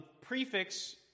prefix